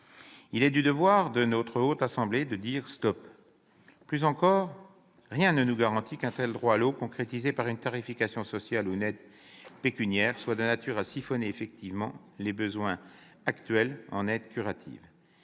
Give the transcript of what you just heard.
Il est du devoir de notre Haute Assemblée de dire : stop ! Au demeurant, rien ne nous garantit qu'un tel droit à l'eau, concrétisé par une tarification sociale ou une aide pécuniaire, soit de nature à siphonner effectivement les besoins actuels en aide curative.